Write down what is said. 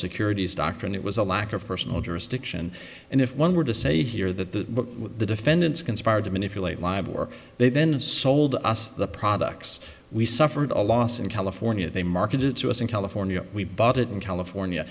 secure doctrine it was a lack of personal jurisdiction and if one were to say here that the defendants conspired to manipulate live work they then sold us the products we suffered a loss in california they marketed to us in california we bought it in california